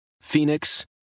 Phoenix